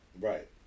Right